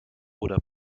oder